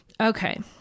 Okay